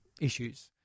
issues